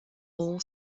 all